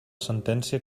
sentència